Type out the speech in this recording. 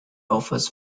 offers